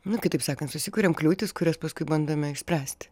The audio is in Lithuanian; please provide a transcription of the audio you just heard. na kitaip sakant susikuriam kliūtis kurias paskui bandome išspręsti